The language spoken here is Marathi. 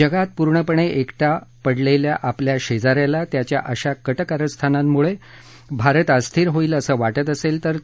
जगात पूर्णपणे एकटा पडलेल्या आपल्या शेजाऱ्याला त्याच्या अशा कट कारस्थानांमुळे भारत अस्थिर होईल असं वाटत असेल तर